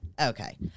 Okay